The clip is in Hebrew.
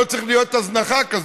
לא צריכה להיות הזנחה כזאת.